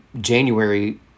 January